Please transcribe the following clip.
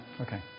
Okay